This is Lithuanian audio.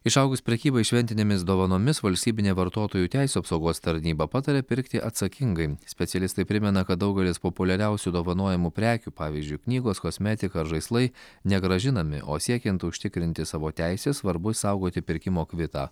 išaugus prekybai šventinėmis dovanomis valstybinė vartotojų teisių apsaugos tarnyba pataria pirkti atsakingai specialistai primena kad daugelis populiariausių dovanojamų prekių pavyzdžiui knygos kosmetika ar žaislai negrąžinami o siekiant užtikrinti savo teises svarbu išsaugoti pirkimo kvitą